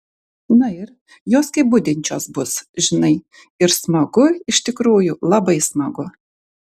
na ir jos kaip budinčios bus žinai ir smagu iš tikrųjų labai smagu